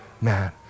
man